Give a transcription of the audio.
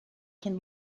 can